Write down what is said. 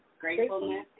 gratefulness